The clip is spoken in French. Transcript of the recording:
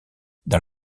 dans